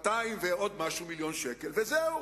200 ועוד משהו מיליון שקלים, וזהו.